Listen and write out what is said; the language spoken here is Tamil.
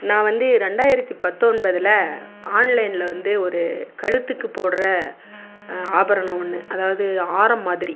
நான் வந்து ரெண்டாயிரத்து பத்தொன்பதில் ஆன்லைனில் வந்து ஒரு கழுத்துக்கு போடுற ஆபரணம் ஒன்று அதாவது ஆரம் மாதிரி